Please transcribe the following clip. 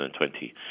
2020